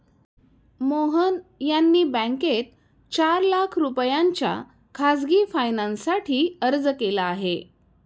मोहन यांनी बँकेत चार लाख रुपयांच्या खासगी फायनान्ससाठी अर्ज केला आहे